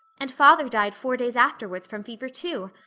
and father died four days afterwards from fever too.